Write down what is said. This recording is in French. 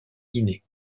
guinée